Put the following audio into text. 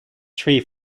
tree